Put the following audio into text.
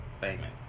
Famous